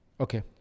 Okay